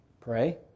pray